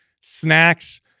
snacks